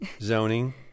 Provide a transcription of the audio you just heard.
zoning